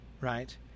right